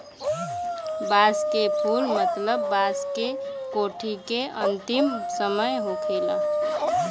बांस के फुल मतलब बांस के कोठी के अंतिम समय होखेला